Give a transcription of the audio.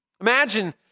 Imagine